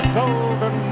golden